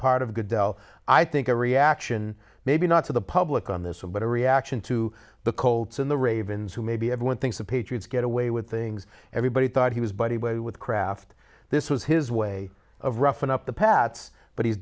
part of goodell i think a reaction maybe not to the public on this one but a reaction to the colts in the ravens who maybe everyone thinks the patriots get away with things everybody thought he was by the way with kraft this was his way of roughing up the pats but he's